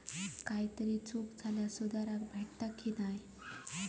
काही चूक झाल्यास सुधारक भेटता की नाय?